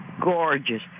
gorgeous